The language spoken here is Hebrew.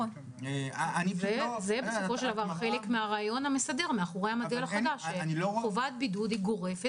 זה חלק מהרעיון המסדר מאחורי המודל החדש חובת בידוד גורפת,